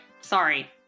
sorry